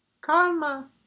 Karma